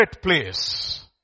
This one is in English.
place